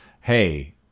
Hey